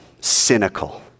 cynical